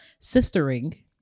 sistering